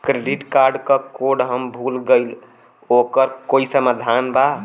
Credit card क code हम भूल गइली ओकर कोई समाधान बा?